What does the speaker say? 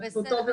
בסדר,